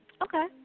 Okay